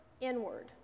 inward